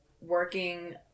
working